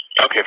Okay